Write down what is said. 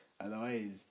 otherwise